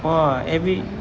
!wah! every